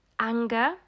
anger